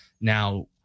Now